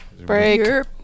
Break